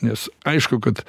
nes aišku kad